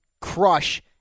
crush